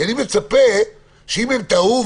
כי אני מצפה שאם הם טעו,